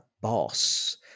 boss